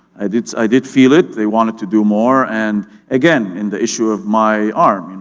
i did i did feel it, they wanted to do more and again, in the issue of my arm, you know